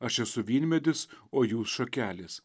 aš esu vynmedis o jūs šakelės